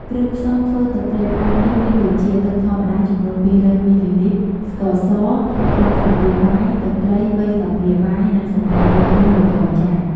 គ្រឿងផ្សំធ្វើទឹកត្រីផ្អែមនេះមានដូចជា ទឹកធម្មតាចំនួន ២០០មីលីលីត្រ ស្ករស ប្រាំស្លាបព្រាបាយ ទឹកត្រីបីស្លាបព្រាបាយ និងសណ្ដែកដីលីងមួយកូនចាន ។